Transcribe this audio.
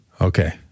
Okay